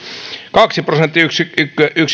kaksi prosenttiyksikköä